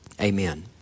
Amen